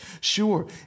Sure